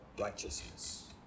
righteousness